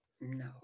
No